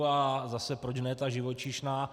A zase proč ne ta živočišná.